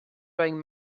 wearing